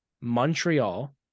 Montreal